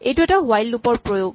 এইটো এটা while loop ৰ প্ৰয়োগ